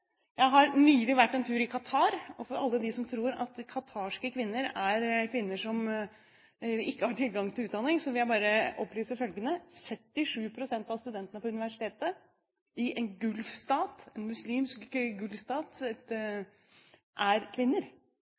Jeg var nylig en tur i Qatar. Alle dem som tror at qatarske kvinner er kvinner som ikke har tilgang til utdanning, vil jeg bare opplyse om følgende: 77 pst. av studentene på universitetet – i en muslimsk golfstat – er kvinner.